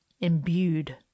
imbued